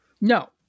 No